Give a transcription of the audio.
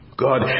God